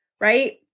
right